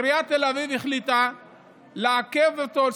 ועיריית תל אביב החליטה לעכב אותו,